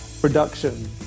production